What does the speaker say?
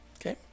Okay